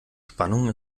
spannung